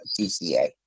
cca